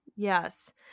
Yes